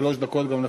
שלוש דקות גם לך.